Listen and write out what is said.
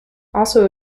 also